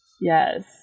Yes